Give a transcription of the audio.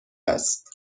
است